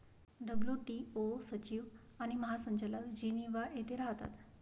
WTO सचिव आणि महासंचालक जिनिव्हा येथे राहतात